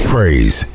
Praise